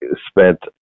spent